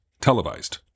televised